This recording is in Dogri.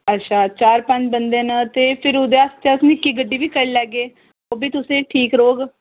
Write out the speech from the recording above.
अच्छा चार पंज बंदे न ते फिर ओह्दे आस्तै अस निक्की गड्डी बी करी लैह्गे ओह्बी तुसें ई ठीक रौह्ग